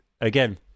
again